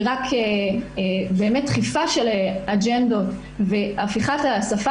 היא באמת רק דחיפה של אג'נדות והפיכת השפה